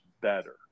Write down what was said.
better